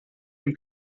dem